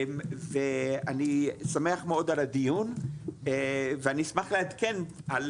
ואני שמח מאוד על הדיון ואני אשמח לעדכן על